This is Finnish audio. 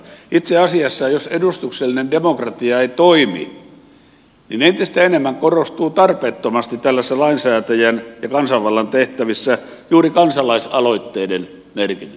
itse asiassa jos edustuksellinen demokratia ei toimi entistä enemmän korostuu tarpeettomasti tällaisissa lainsäätäjän ja kansanvallan tehtävissä juuri kansalaisaloitteiden merkitys